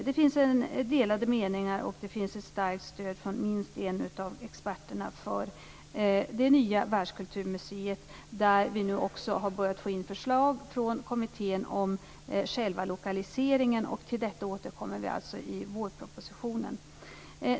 Det finns delade meningar och det finns ett starkt stöd från minst en av experterna för det nya världskulturmuseet. Vi har också börjat få in förslag från kommittén om själva lokaliseringen. Till detta återkommer vi alltså i vårpropositionen.